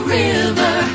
river